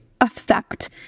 effect